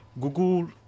Google